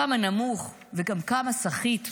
כמה נמוך, וגם כמה סחיט וחלש.